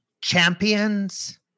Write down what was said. champions